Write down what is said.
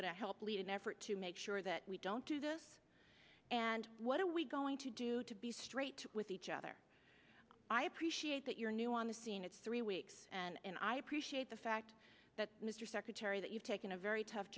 going to help lead an effort to make sure that we don't do this and what are we going to do to be straight with each other i appreciate that your new on the scene it's three weeks and i appreciate the fact that mr secretary that you've taken a very tough